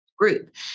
group